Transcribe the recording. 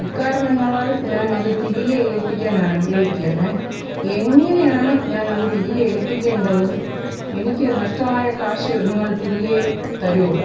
ഇക്കാരണങ്ങളാൽ ഞാൻ അത് തിരികെ ഏൽപ്പിക്കാൻ ആഗ്രഹിക്കുകയാണ് എങ്ങനെയാണ് ഞാനത് തിരികെ ഏൽപ്പിക്കേണ്ടത് എനിക്ക് നഷ്ടമായ കാശ് നിങ്ങൾ തിരികെ തരുമോ